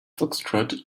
foxtrot